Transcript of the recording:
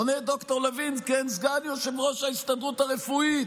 עונה ד"ר לוין, סגן יושב-ראש ההסתדרות הרפואית,